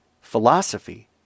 philosophy